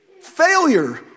Failure